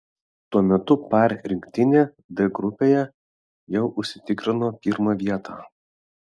tuo metu par rinktinė d grupėje jau užsitikrino pirmą vietą